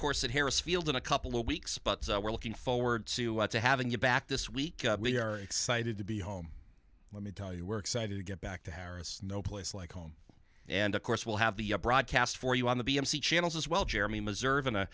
course in harris field in a couple of weeks but we're looking forward to having you back this week we are excited to be home let me tell you we're excited to get back to harris no place like home and of course we'll have the broadcast for you on the b m c channels as well jeremy missouri in a